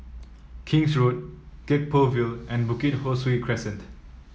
King's Road Gek Poh Ville and Bukit Ho Swee Crescent